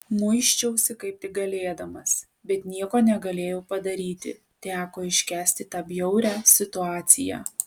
muisčiausi kaip tik galėdamas bet nieko negalėjau padaryti teko iškęsti tą bjaurią situaciją